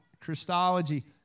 Christology